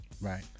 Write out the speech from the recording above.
right